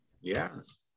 Yes